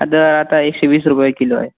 आता आता एकशे वीस रुपये किलो आहे